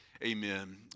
Amen